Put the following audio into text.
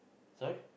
sorry